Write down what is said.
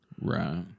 Right